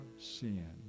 sin